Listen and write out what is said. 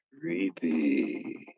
Creepy